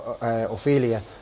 Ophelia